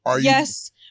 yes